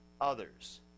others